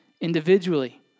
individually